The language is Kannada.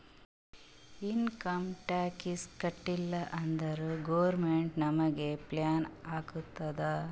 ಇನ್ಕಮ್ ಟ್ಯಾಕ್ಸ್ ಕಟ್ಟೀಲ ಅಂದುರ್ ಗೌರ್ಮೆಂಟ್ ನಮುಗ್ ಫೈನ್ ಹಾಕ್ತುದ್